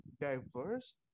diverse